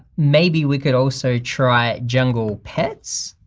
maybe we could also try jungle pets.